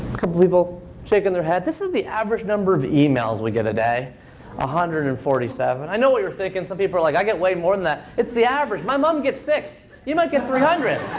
couple people shaking their head. this is the average number of emails we get a day one ah hundred and forty seven. i know what you're thinking. some people are like, i get way more than that. it's the average. my mom gets six. you might get three hundred.